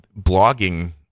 blogging –